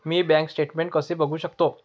मी bank statement कसे बघू शकतो?